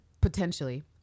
potentially